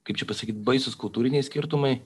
kaip čia pasakyt baisūs kultūriniai skirtumai